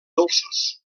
dolços